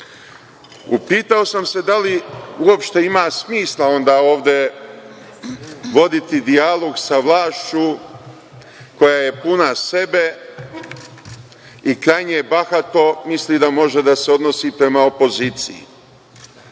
upitao sam se da li uopšte ima smisla onda ovde voditi dijalog sa vlašću koja je puna sebe i krajnje bahato misli da može da se odnosi prema opoziciji? Ovde